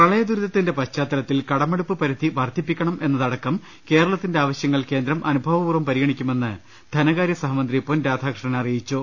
പ്രളയദുരിതത്തിന്റെ പശ്ചാത്തലത്തിൽ കടമെടുപ്പ് പരിധി വർദ്ധി പ്പിക്കണമെന്നതടക്കം കേരളത്തിന്റെ ആവശൃങ്ങൾ കേന്ദ്രം അനുഭാ വപൂർവ്വം പരിഗണിക്കുമെന്ന് ധനകാരൃ സഹമന്ത്രി പൊൻ രാധാകൃ ഷ്ണൻ അറിയിച്ചു